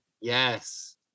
Yes